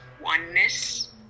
oneness